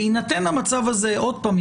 בהינתן המצב הזה עוד פעם,